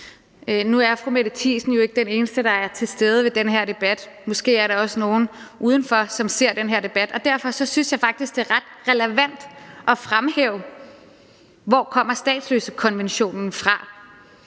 Nu er fru Mette Thiesen jo ikke den eneste, der er til stede ved den her debat, måske er der også nogle udenfor, som ser den her debat, og derfor synes jeg faktisk, det er ret relevant at fremhæve, hvor statsløsekonventionen kommer fra.